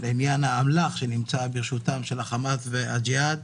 בעניין האמל"ח שנמצא ברשות החמאס והג'יהאד.